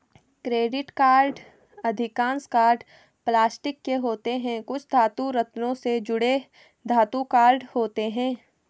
credit card अधिकांश card plastic के होते हैं, कुछ धातु, रत्नों से जड़े धातु कार्ड होते हैं